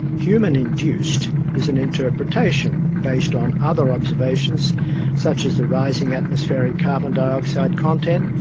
human-induced is an interpretation based on other observations such as the rising atmospheric carbon dioxide content,